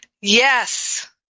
Yes